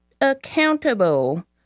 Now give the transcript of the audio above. accountable